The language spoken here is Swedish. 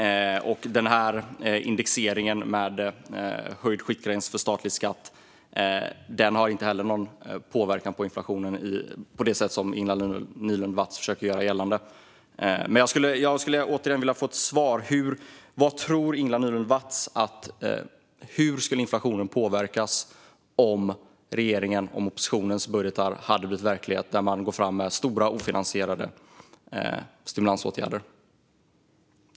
Indexeringen med höjd skiktgräns för statlig skatt har inte heller någon påverkan på inflationen på det sätt som Ingela Nylund Watz försöker göra gällande. Jag skulle återigen vilja få ett svar. Hur tror Ingela Nylund Watz att inflationen skulle påverkas om oppositionens budgetar, där man går fram med stora ofinansierade stimulansåtgärder, hade blivit verklighet?